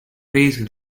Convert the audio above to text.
pleased